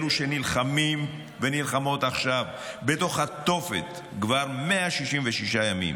אלו שנלחמים ונלחמות עכשיו בתוך התופת כבר 166 ימים